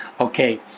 Okay